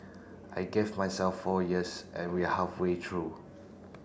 I gave myself four years and we are halfway through